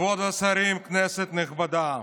כבוד השרים, כנסת נכבדה.